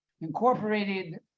incorporated